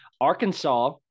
Arkansas